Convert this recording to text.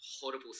horrible